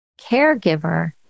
caregiver